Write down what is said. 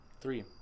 Three